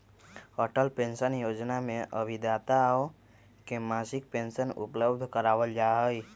Atal pension योजना में अभिदाताओं के मासिक पेंशन उपलब्ध करावल जाहई